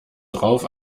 drauf